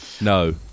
No